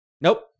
Nope